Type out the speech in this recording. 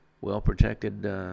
well-protected